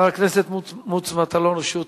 חבר הכנסת מוץ מטלון, רשות